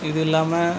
இது இல்லாமல்